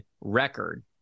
record